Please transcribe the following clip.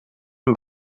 hem